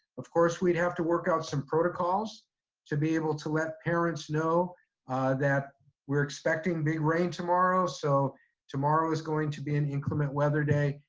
of course, we'd have to work out some protocols to be able to let parents know that we're expecting big rain tomorrow. so tomorrow is going to be an inclement weather day.